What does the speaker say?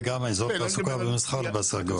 וגם אזור התעסוקה ומסחר בסגול.